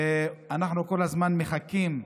ואנחנו כל הזמן מחכים,